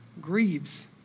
grieves